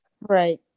Right